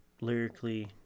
lyrically